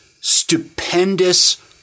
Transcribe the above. stupendous